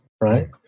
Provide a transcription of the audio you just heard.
right